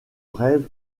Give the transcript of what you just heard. rêve